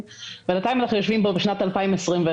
בינתיים אנחנו יושבים פה בשנת 2021,